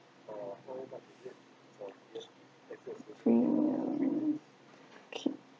mm